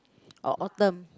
or autumn